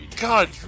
God